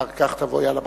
ועל כך תבואי על הברכה.